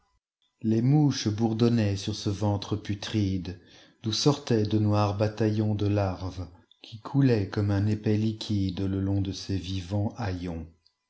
les mouches bourdonnaient sur ce ventre putride d oii sortaient de noirs bataillons de larves qui coulaient comme un épais liquidele long de ces vivants haillons